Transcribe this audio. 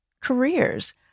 careers